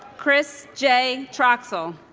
chris j. troxell